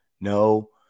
No